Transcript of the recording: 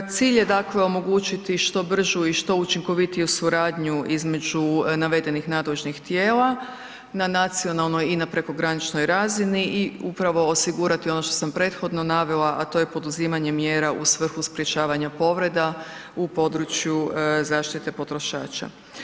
Cilj je omogućiti što bržu i što učinkovitiju suradnju između navedenih nadležnih tijela na nacionalnoj i na prekograničnoj razini i upravo osigurati ono što sam prethodno navela, a to je poduzimanje mjera u svrhu sprečavanja povreda u području zaštite potrošača.